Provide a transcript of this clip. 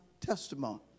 testimony